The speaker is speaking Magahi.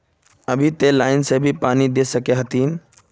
अभी ते लाइन से भी पानी दा सके हथीन?